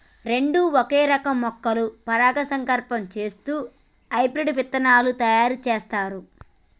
రెండు ఒకే రకం మొక్కలు పరాగసంపర్కం చేస్తూ హైబ్రిడ్ విత్తనాలు తయారు చేస్తారు